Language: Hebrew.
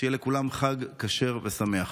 שיהיה לכולם חג כשר ושמח.